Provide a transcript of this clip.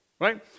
right